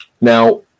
Now